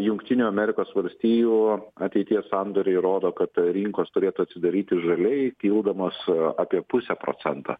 jungtinių amerikos valstijų ateities sandoriai rodo kad rinkos turėtų atsidaryti žaliai kildamos apie puse procento